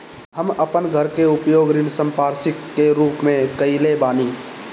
हम अपन घर के उपयोग ऋण संपार्श्विक के रूप में कईले बानी